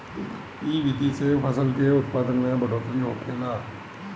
इ विधि से फसल के उत्पादन में बढ़ोतरी होखेला